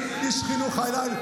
משה טור פז (יש עתיד): 84 מיליארד.